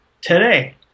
today